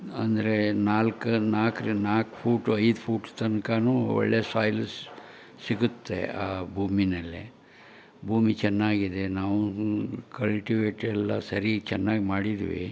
ಅಂದರೆ ನಾಲ್ಕು ನಾಕ್ರ್ ನಾಲ್ಕು ಫೂಟ್ ಐದು ಫೂಟ್ ತನಕವೂ ಒಳ್ಳೆ ಸಾಯಿಲ್ ಸಿಗುತ್ತೆ ಆ ಭೂಮಿಯಲ್ಲೆ ಭೂಮಿ ಚೆನ್ನಾಗಿದೆ ನಾವೂ ಕಲ್ಟಿವೇಟ್ ಎಲ್ಲ ಸರಿ ಚೆನ್ನಾಗಿ ಮಾಡಿದ್ದೀವಿ